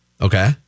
Okay